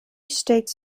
states